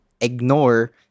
ignore